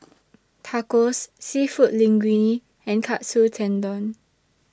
Tacos Seafood Linguine and Katsu Tendon